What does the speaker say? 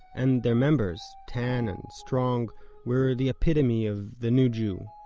and their members tan and strong were the epitome of the new jew,